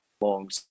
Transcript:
long